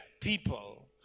people